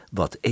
wat